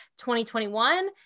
2021